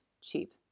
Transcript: cheap